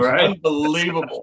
unbelievable